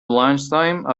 lunchtime